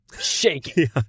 shaking